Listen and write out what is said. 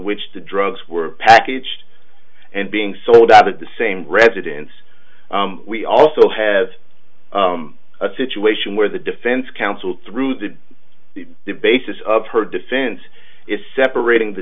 which the drugs were packaged and being sold at the same residence we also have a situation where the defense counsel through that the basis of her defense is separating the